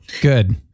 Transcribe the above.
Good